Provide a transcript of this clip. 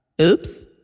oops